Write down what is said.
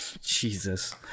Jesus